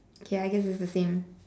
okay I guess it's the same